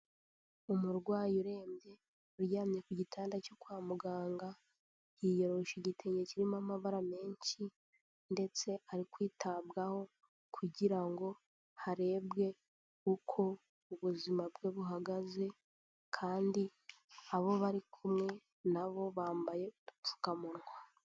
Umurwayi urembye uryamye ku gitanda cyo kwa muganga, yiyorosha igitenge kirimo amabara menshi ndetse ari kwitabwaho kugira ngo harebwe uko ubuzima bwe buhagaze kandi abo bari kumwe na bo bambaye udupfukamunwa.